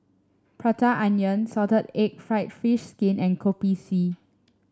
Prata Onion Salted Egg fried fish skin and Kopi C